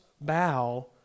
bow